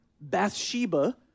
Bathsheba